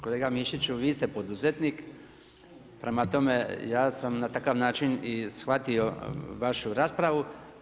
Kolega Mišiću, vi ste poduzetnik, prema tome ja sam na takav način i shvatio vašu raspravu.